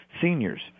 seniors